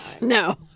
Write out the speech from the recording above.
No